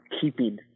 keeping